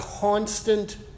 constant